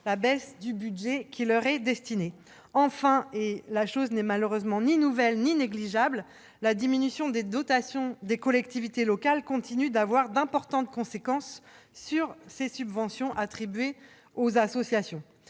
la baisse du budget destiné à ces dernières. Enfin, et la chose n'est malheureusement ni nouvelle ni négligeable, la diminution des dotations des collectivités locales continue d'avoir d'importantes conséquences sur les subventions attribuées aux associations.